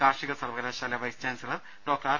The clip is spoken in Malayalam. കാർഷിക സർവകലാശാല വൈസ് ചാൻസലർ ് ഡോക്ടർ ആർ